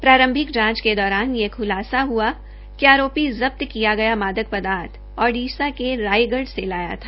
प्रारंभिक जांच के दौरान यह खुलासा हुआ कि आरोपी जब्त किया गया मादक पदार्थ ओडिशा के रायगढ़ से लाया गया था